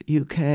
UK